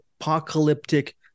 apocalyptic